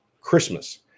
Christmas